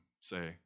say